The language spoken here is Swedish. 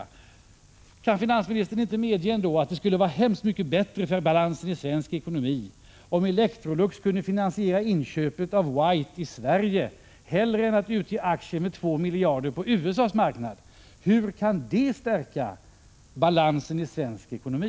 Kan inte finansministern medge att det skulle vara mycket bättre för balansen i svensk ekonomi om Electrolux kunnat finansiera inköpet av White i Sverige, hellre än att utge aktier för 2 miljarder på USA:s marknad — för hur kan det stärka balansen i svensk ekonomi?